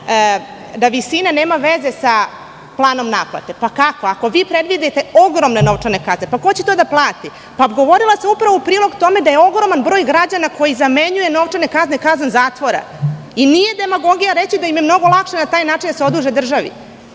da visina nema veze sa planom naplate. Kako? Ako vi predvidite ogromne novčane kazne, pa ko će to da plati? Govorila sam upravo u prilog tome da je ogroman broj građana koji zamenjuje novčane kazne kaznom zatvora. Nije demagogija reći da im je mnogo lakše na taj način da se oduže državi.